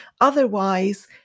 Otherwise